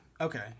Okay